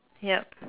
yup